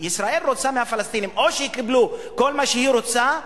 ישראל רוצה מהפלסטינים או שיקבלו כל מה שהיא רוצה,